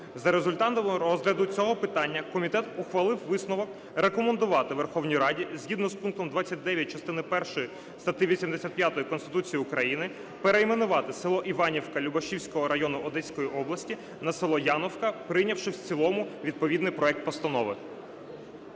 За результатами розгляду цього питання комітет ухвалив висновок рекомендувати Верховній Раді згідно з пунктом 29 частини першої статті 85 Конституції України перейменувати село Іванівка Любашівського району Одеської області на село Яновка, прийнявши в цілому відповідний проект постанови.